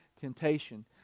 temptation